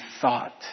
thought